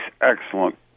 excellent